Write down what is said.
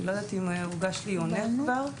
אני לא יודעת אם הוא הוגש לעיונך כבר,